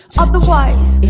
otherwise